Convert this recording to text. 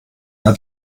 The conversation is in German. ihr